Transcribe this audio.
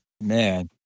Man